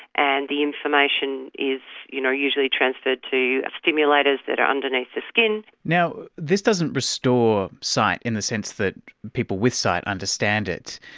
and the information is you know usually transferred to stimulators that are underneath the skin. now, this doesn't restore sight in the sense that people with sight understand it.